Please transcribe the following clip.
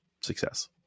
success